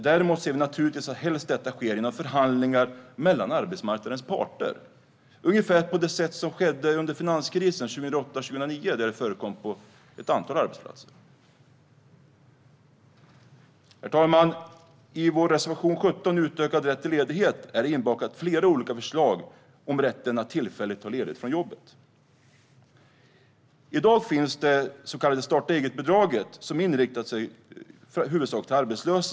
Däremot ser vi naturligtvis att detta helst sker genom förhandlingar mellan arbetsmarknadens parter, ungefär på det sätt som skedde under finanskrisen 2008-2009 då det förekom på ett antal arbetsplatser. Herr talman! I vår reservation 17 om utökad rätt till ledighet har vi bakat in flera olika förslag om rätten att tillfälligt ta ledigt från jobbet. I dag finns det så kallade starta-eget-bidraget, som riktar sig i huvudsak till arbetslösa.